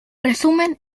resumen